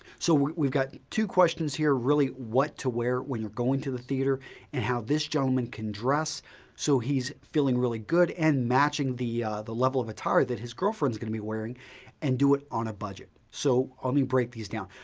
so we've got two questions here, really what to wear when you're going to the theater and how this gentleman can dress so he's feeling really good and matching the the level of attire that his girlfriend is going to be wearing and do it on a budget, so let me break these down.